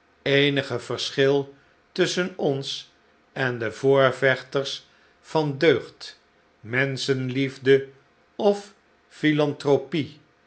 eenige verschil tusschen ons en de voorvechters van deugd menschenliefde of philanthropie